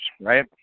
right